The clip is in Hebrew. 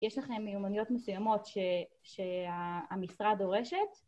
יש לכם מיומנויות מסויימות שהמשרה דורשת?